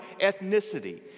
ethnicity